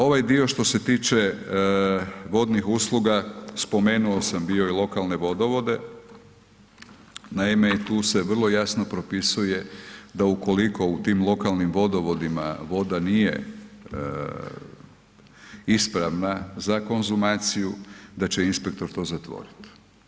Ovaj dio što se tiče vodnih usluga, spomenu sam bio i lokalne vodovode, naime i tu se vrlo jasno propisuje da ukoliko u tim lokalnim vodovodima, voda nije ispravna za konzumaciju da će inspektor to zatvorit.